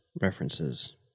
references